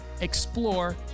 explore